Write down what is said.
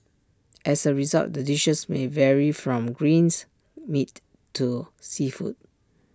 as A result the dishes may vary from greens meat to seafood